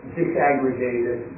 disaggregated